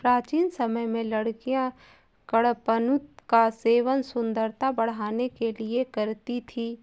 प्राचीन समय में लड़कियां कडपनुत का सेवन सुंदरता बढ़ाने के लिए करती थी